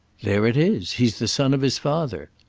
there it is. he's the son of his father!